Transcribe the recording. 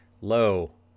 low